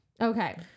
okay